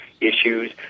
issues